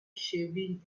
shaving